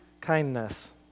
Kindness